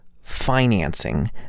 financing